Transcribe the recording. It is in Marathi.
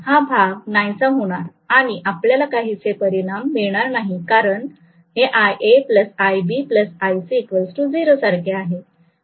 हा भाग नाहीसा होणार आणि आपल्याला काहीही परिणाम मिळणार नाही कारण हेiA iB iC 0 सारखे आहे